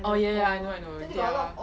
oh ya ya I know I know their